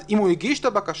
אם הוא הגיש את הבקשה,